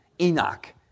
Enoch